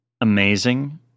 amazing